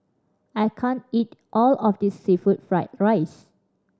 I can't eat all of this seafood fried rice